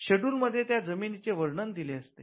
schedule भाग मध्ये त्या जमिनीचे वर्णन दिले असते